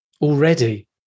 already